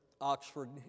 Oxford